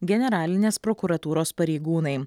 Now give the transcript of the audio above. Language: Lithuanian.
generalinės prokuratūros pareigūnai